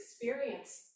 experience